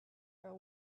are